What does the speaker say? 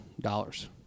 dollars